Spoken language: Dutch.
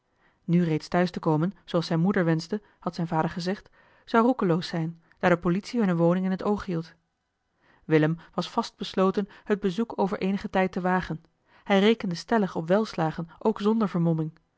nu reeds thuis te komen zooals zijne moeder wenschte had zijn vader gezegd zou roekeloos zijn daar de politie hunne woning in het oog hield willem was vast besloten het bezoek over eenigen tijd te wagen hij rekende stellig op welslagen ook zonder vermomming